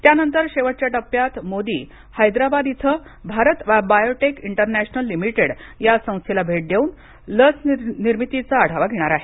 त्या नंतर शेवटच्या टप्प्यात मोदी हैदराबाद इथं भारत बायोटेक इंटरनॅशनल लिमिटेड या संस्थेला भेट देऊन लस निर्मितीचा आढावा घेणार आहेत